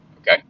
okay